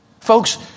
Folks